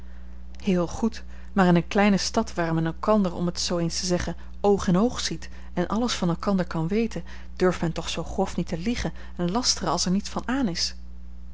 heel goed maar in een kleine stad waar men elkander om het zoo eens te zeggen oog in oog ziet en alles van elkander kan weten durft men toch zoo grof niet liegen en lasteren als er niets van aan is